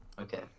Okay